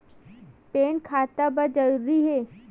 Pan खाता बर जरूरी हे?